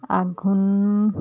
আঘোণ